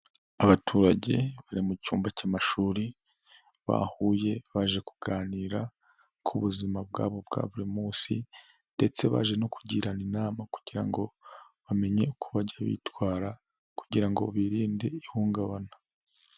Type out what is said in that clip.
Abaturage bari mu cyumba cy'amashuri, bahuye baje kuganira ku buzima bwabo bwa buri munsi, ndetse baje no kugirana inama kugira ngo bamenye uko bajya bitwara, kugira ngo birinde ihungabana.